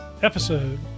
episode